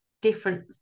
different